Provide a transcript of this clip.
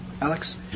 Alex